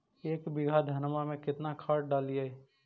एक बीघा धन्मा में केतना खाद डालिए?